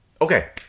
Okay